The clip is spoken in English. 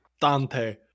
Dante